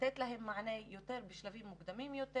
אני חושבת שצריך לתת להם מענה בשלבים מוקדמים יותר,